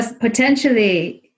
potentially